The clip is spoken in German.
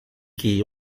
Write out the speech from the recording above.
geh